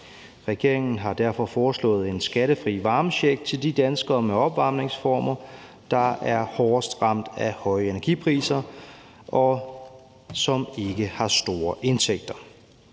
Regeringen har derfor foreslået en skattefri varmecheck til de danskere med opvarmningsformer, der er hårdest ramt af høje energipriser, og som ikke har store indtægter.